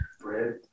Bread